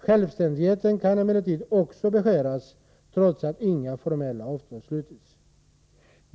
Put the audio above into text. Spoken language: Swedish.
Självständigheten kan emellertid också beskäras trots att inga formella avtal slutits.